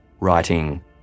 Writing